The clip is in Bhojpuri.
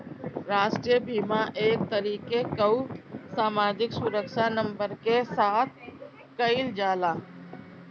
राष्ट्रीय बीमा एक तरीके कअ सामाजिक सुरक्षा नंबर के साथ कइल जाला